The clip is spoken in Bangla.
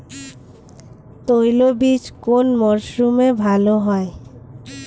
তৈলবীজ কোন মরশুমে ভাল হয়?